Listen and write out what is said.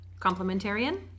complementarian